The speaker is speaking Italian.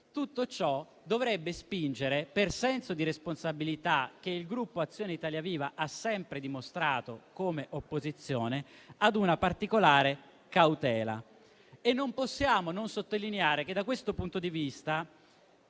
tutto ciò dovrebbe spingere, per il senso di responsabilità che il Gruppo Azione-Italia Viva ha sempre dimostrato come opposizione, ad una particolare cautela. Non possiamo non sottolineare che da questo punto di vista